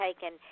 taken